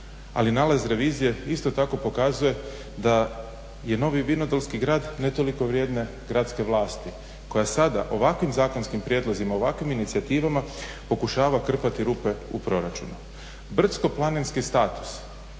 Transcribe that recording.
ali nalaz revizije isto tako pokazuje da je Novi Vinodolski grad ne toliko vrijedne gradske vlasti koja sada ovakvim zakonskim prijedlozima, ovakvim inicijativama pokušava krpati rupe u proračunu. Brdsko planinski status